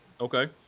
Okay